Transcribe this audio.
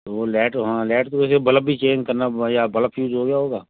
तो लेट हाँ लेट वह वैसे बलब भी चेंज करना या बलब फ्यूज हो गया होगा